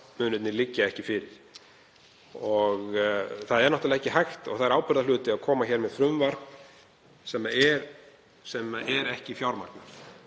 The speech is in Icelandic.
fjármunirnir liggja ekki fyrir. Það er náttúrlega ekki hægt og það er ábyrgðarhluti að koma með frumvarp sem er ekki fjármagnað